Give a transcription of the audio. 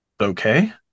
okay